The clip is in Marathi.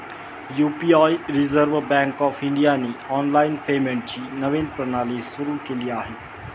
यु.पी.आई रिझर्व्ह बँक ऑफ इंडियाने ऑनलाइन पेमेंटची नवीन प्रणाली सुरू केली आहे